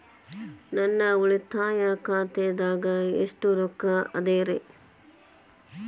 ನನ್ನ ಉಳಿತಾಯ ಖಾತಾದಾಗ ಎಷ್ಟ ರೊಕ್ಕ ಅದ ರೇ?